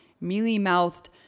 mealy-mouthed